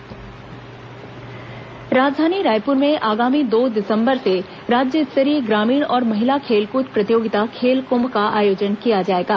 खेल कुम्भ राजधानी रायपुर में आगामी दो दिसंबर से राज्य स्तरीय ग्रामीण और महिला खेल कूद प्रतियोगिता खेल कम्भ का आयोजन किया जाएगा